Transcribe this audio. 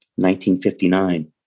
1959